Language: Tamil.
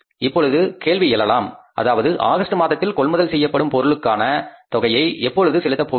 இப்பொழுது கேள்வி எழலாம் அதாவது ஆகஸ்ட் மாதத்தில் கொள்முதல் செய்யப்படும் பொருளுக்கான தொகையை எப்பொழுது செலுத்தப் போகிறோம்